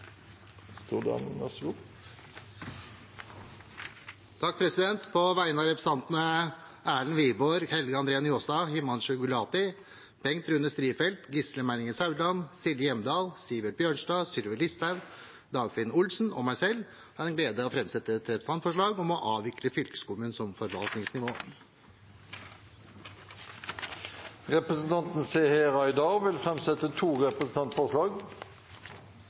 På vegne av representantene Erlend Wiborg, Helge André Njåstad, Himanshu Gulati, Bengt Rune Strifeldt, Gisle Meininger Saudland, Silje Hjemdal, Sivert Bjørnstad, Sylvi Listhaug, Dagfinn Henrik Olsen og meg selv har jeg den glede å fremsette et representantforslag om å avvikle fylkeskommunen som forvaltningsnivå. Representanten Seher Aydar vil framsette to representantforslag.